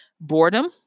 boredom